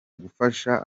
gufasha